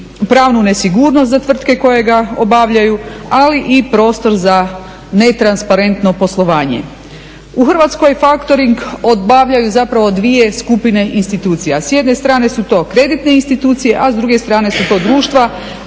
pravnu nesigurnost za tvrtke koje ga obavljaju ali i prostor za netransparentno poslovanje. U Hrvatskoj faktoring obavljaju zapravo dvije skupine institucija. S jedne strane su to kreditne institucije a s druge strane su to društva